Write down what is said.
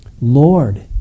Lord